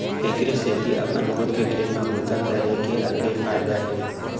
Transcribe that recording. एखरे सेती अपन खुद के खेत म बूता करे के अलगे फायदा हे